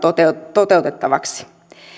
toteutettavaksi